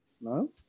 No